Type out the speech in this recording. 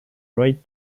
right